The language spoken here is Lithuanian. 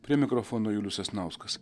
prie mikrofono julius sasnauskas